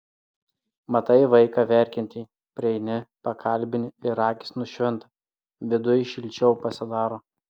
matai vaiką verkiantį prieini pakalbini ir akys nušvinta viduj šilčiau pasidaro